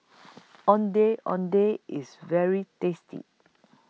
Ondeh Ondeh IS very tasty